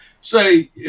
say